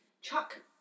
Chuck